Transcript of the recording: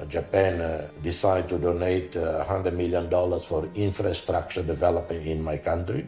ah japan decide to donate hundred million dollars for infrastructure developing in my country